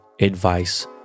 advice